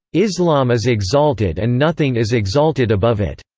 islam is exalted and nothing is exalted above it.